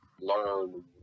Learn